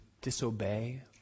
disobey